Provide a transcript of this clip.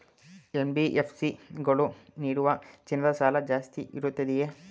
NBFC ಗಳು ನೀಡುವ ಚಿನ್ನದ ಸಾಲ ಜಾಸ್ತಿ ಇರುತ್ತದೆಯೇ?